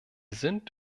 sind